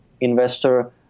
investor